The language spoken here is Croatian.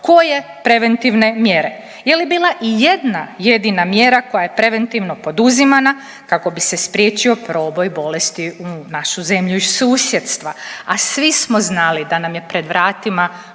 koje preventivne mjere. Je li bila ijedna jedina mjera koja je preventivno poduzimana kako bi se spriječio proboj bolesti u našu zemlju iz susjedstva, a svi smo znali da nam je pred vratima